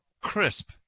crisp